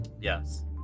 Yes